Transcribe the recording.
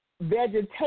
vegetation